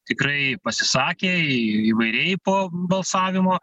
tikrai pasisakė įvairiai po balsavimo